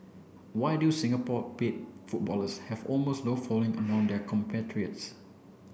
why do Singapore paid footballers have almost no following among their compatriots